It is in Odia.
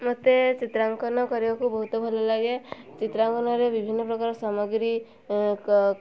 ମୋତେ ଚିତ୍ରାଙ୍କନ କରିବାକୁ ବହୁତ ଭଲ ଲାଗେ ଚିତ୍ରାଙ୍କନରେ ବିଭିନ୍ନ ପ୍ରକାର ସାମଗ୍ରୀ